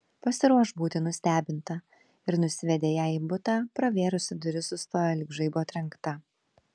pasiruošk būti nustebinta ir nusivedė ją į butą pravėrusi duris sustojo lyg žaibo trenkta